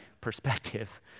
perspective